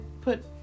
put